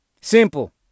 Simple